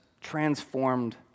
transformed